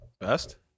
Best